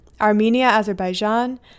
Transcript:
Armenia-Azerbaijan